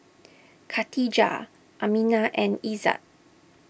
Khadija Aminah and Izzat